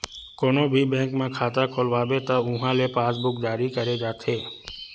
कोनो भी बेंक म खाता खोलवाबे त उहां ले पासबूक जारी करे जाथे